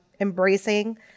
embracing